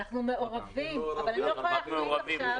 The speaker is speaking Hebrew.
אנחנו מעורבים אבל אני לא יכולה להחליט עכשיו